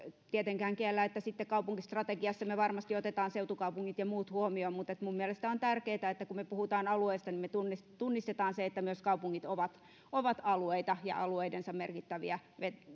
tietenkään kiellä sitten kaupunkistrategiassa me varmasti otamme seutukaupungit ja muut huomioon mutta minun mielestäni on tärkeätä että kun me puhumme alueesta niin me tunnistamme sen että myös kaupungit ovat ovat alueita ja alueidensa merkittäviä